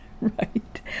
right